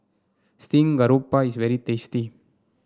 Steamed Garoupa is very tasty